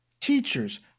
teachers